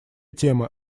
темы